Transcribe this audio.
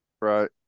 Right